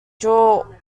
draw